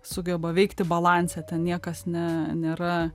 sugeba veikti balanse ten niekas ne nėra